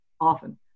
often